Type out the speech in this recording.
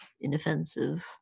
inoffensive